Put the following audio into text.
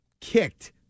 kicked